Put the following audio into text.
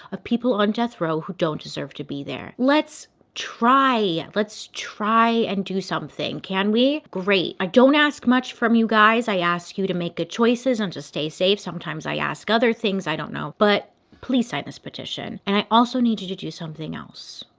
of people on death row who don't deserve to be there. let's try, let's try and do something. can we? great. i don't ask much from you guys, i ask you to make good choices and to stay safe, sometimes i ask other things, i don't know, but please sign this petition. and i also need you to do something else.